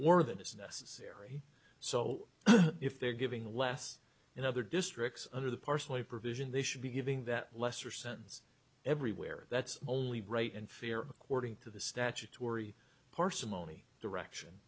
more than is necessary so if they're giving less in other districts under the partially provision they should be giving that lesser sentence everywhere that's only right and fair according to the statutory parsimony direction